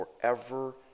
forever